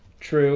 true